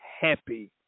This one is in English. happy